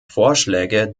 vorschläge